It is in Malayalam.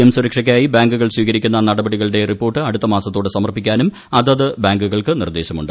എം സുരക്ഷയ്ക്കായി ബാങ്കുകൾ സ്വീകരിക്കുന്ന നടപടികളുടെ റിപ്പോർട്ട് അടുത്ത മാസത്തോടെ സമർപ്പിക്കാനും അതത് ബാങ്കുകൾക്ക് നിർദ്ദേശമുണ്ട്